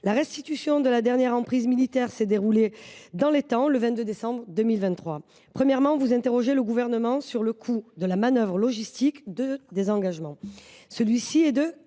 La restitution de la dernière emprise militaire s’est déroulée dans les temps, le 22 décembre 2023. Vous interrogez le Gouvernement sur le coût de la manœuvre logistique de désengagement. Celui ci est de